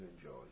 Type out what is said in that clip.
enjoy